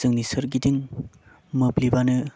जोंनि सोरगिदिं मोब्लिबानो